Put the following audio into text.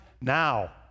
now